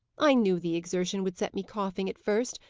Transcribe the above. i knew the exertion would set me coughing at first,